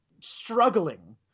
struggling